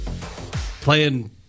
playing